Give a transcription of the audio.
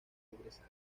regresar